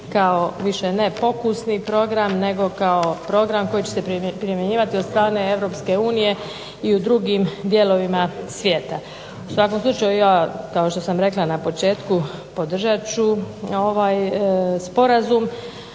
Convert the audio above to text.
kao više ne pokusni program nego kao program koji će se primjenjivati od strane EU i u drugim dijelovima svijeta. U svakom slučaju ja kao što sam rekla na početku podržat ću ovaj sporazum.